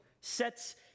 sets